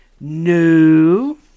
No